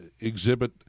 exhibit